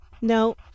No